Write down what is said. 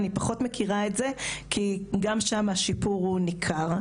אני פחות מכירה את זה כי גם שם השיפור הוא ניכר.